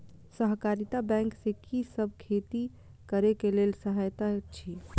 सहकारिता बैंक से कि सब खेती करे के लेल सहायता अछि?